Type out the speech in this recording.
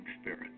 spirit